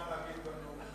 חבר הכנסת דוד רותם,